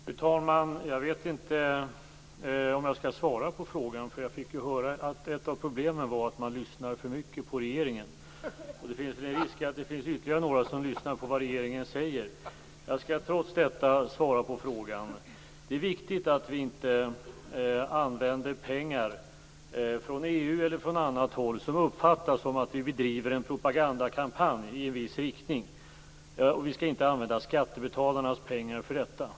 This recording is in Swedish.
Fru talman! Jag vet inte om jag skall svara på frågan. Jag fick ju höra att ett av problemen var att man lyssnar för mycket på regeringen. Det är då risk för att ytterligare några kommer att lyssna på vad regeringen säger. Jag skall trots detta svara på frågan. Det är viktigt att pengar som vi tar emot från EU eller från annat håll inte är sådana att det kan uppfattas som att vi bedriver en propagandakampanj i en viss riktning. Vi skall inte använda skattebetalarnas pengar för detta.